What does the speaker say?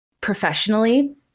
professionally